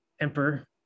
emperor